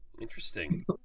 Interesting